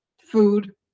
food